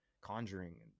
conjuring